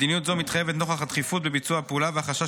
מדיניות זו מתחייבת נוכח הדחיפות בביצוע הפעולה והחשש